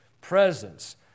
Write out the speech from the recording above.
presence